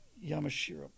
Yamashiro